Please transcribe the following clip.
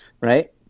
right